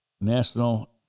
National